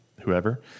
whoever